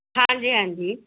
ਹਾਂਜੀ ਹਾਂਜੀ